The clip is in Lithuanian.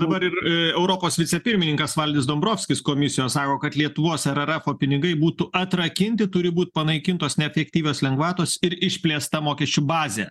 dabar ir europos vicepirmininkas valdis dombrovskis komisijos sako kad lietuvos er er efo pinigai būtų atrakinti turi būt panaikintos neefektyvios lengvatos ir išplėsta mokesčių bazė